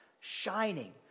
shining